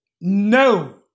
No